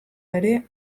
ere